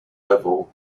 level